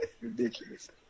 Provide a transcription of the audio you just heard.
Ridiculous